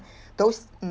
those um